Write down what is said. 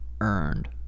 earned